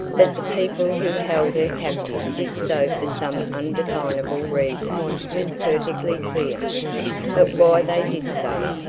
that the people who held her captive did so for some undefinable reason was perfectly clear but why they did so,